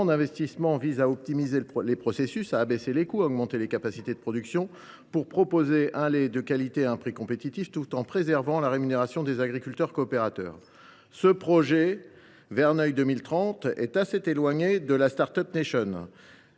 d’investissement vise à optimiser les processus, à baisser les coûts et à augmenter les capacités de production, pour proposer un lait de qualité à un prix compétitif, tout en préservant la rémunération des agriculteurs coopérateurs. Le projet Verneuil 2030 est assez éloigné de la, mais